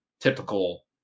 typical